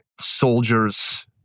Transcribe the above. soldiers